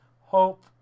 hope